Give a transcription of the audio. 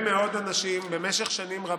(חברת הכנסת מיכל שיר סגמן יוצאת מאולם